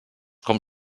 com